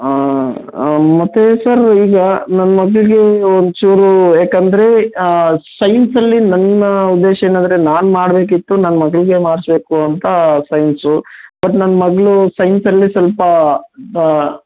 ಮತ್ತು ಸರ್ ಈಗ ನನ್ನ ಮಗ್ಳಿಗೆ ಒಂಚೂರು ಯಾಕೆಂದ್ರೆ ಸೈನ್ಸಲ್ಲಿ ನನ್ನ ಉದ್ದೇಶ ಏನೆಂದ್ರೆ ನಾನು ಮಾಡಬೇಕಿತ್ತು ನನ್ನ ಮಗ್ಳಿಗೆ ಮಾಡಿಸ್ಬೇಕು ಅಂತ ಸೈನ್ಸು ಬಟ್ ನನ್ನ ಮಗ್ಳು ಸೈನ್ಸಲ್ಲಿ ಸ್ವಲ್ಪ